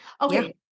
Okay